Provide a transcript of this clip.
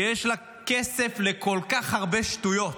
יש לה כסף לכל כך הרבה שטויות,